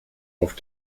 auf